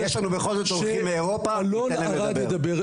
יש לנו בכל זאת אורחים מאירופה, תן להם לדבר.